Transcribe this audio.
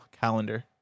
calendar